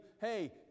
hey